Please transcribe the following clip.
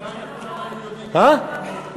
הלוואי שכולם היו יודעים את זה.